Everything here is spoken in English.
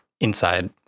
inside